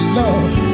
love